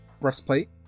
breastplate